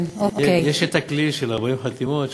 יש כלי של 40 חתימות,